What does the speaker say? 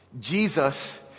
Jesus